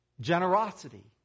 generosity